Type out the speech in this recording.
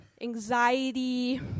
anxiety